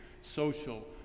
social